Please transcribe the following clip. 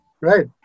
Right